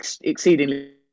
exceedingly